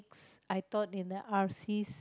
I taught in the R sees